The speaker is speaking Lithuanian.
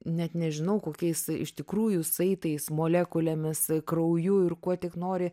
net nežinau kokiais iš tikrųjų saitais molekulėmis krauju ir kuo tik nori